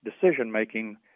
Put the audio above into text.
decision-making